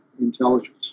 intelligence